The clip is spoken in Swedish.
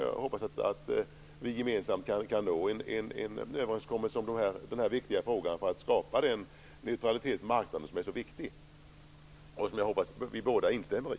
Jag hoppas att vi gemensamt kan nå en överenskommelse i denna fråga för att skapa den neutralitet på marknaden som är så viktig. Det hoppas jag att Lars Hedfors instämmer i.